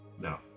No